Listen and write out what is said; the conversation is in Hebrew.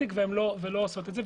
ולא עושות את זה,